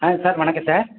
sir வணக்கம் sir